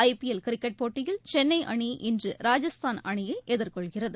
ஐ P L cricket போட்டயில் சென்னை அணி இன்று ராஜஸ்தான் அணியை எதிர்கொள்கிறது